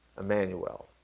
Emmanuel